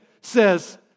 says